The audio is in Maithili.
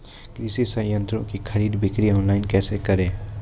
कृषि संयंत्रों की खरीद बिक्री ऑनलाइन कैसे करे?